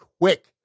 quick